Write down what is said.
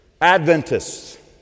Adventists